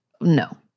no